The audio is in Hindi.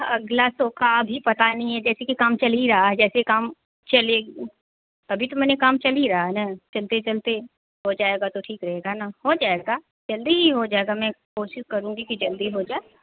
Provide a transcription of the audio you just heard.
अगले शो का अभी पता नहीं है जैसे कि काम चल ही रहा है जैसे काम चले अभी तो मैंने काम चल ही रहा है ना चलते चलते हो जाएगा तो ठीक रहेगा ना हो जाएगा जल्दी ही हो जाएगा मैं कोशिश करूँगी कि जल्दी हो जाए